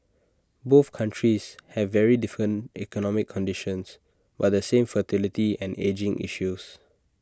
both countries have very different economic conditions but the same fertility and ageing issues